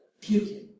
puking